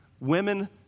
women